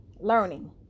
learning